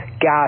gas